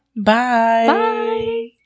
bye